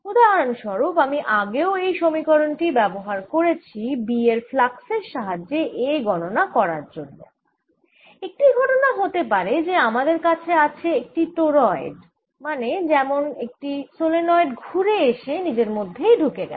উদাহরন স্বরুপ আমরা আগেও এই সমীকরণ টি ব্যবহার করেছি B এর ফ্লাক্সের সাহায্যে A গণনা করার জন্য একটি ঘটনা হতে পারে যে আমাদের কাছে আছে একটি টোরয়েড মানে যেমন একটি সলেনয়েড ঘুরে এসে নিজের মধ্যেই ঢুকে গেছে